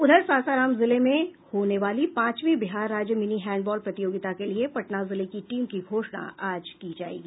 उधर सासाराम जिले में होने वाली पांचवीं बिहार राज्य मिनी हैंडबॉल प्रतियोगिता के लिए पटना जिले के टीम की घोषणा आज की जायेगी